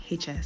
HS